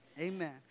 Amen